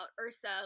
Ursa